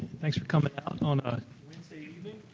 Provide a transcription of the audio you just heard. thanks for coming down on a wednesday evening.